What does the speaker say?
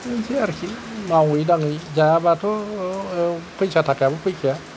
बेनोसै आरोखि मावै दाङै जायाबाथ' फैसा थाखायाबो फैखाया